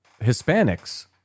Hispanics